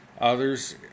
Others